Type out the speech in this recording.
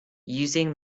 using